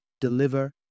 deliver